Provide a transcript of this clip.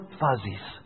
fuzzies